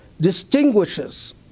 distinguishes